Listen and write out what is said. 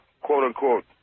quote-unquote